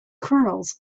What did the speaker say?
kernels